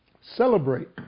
celebrate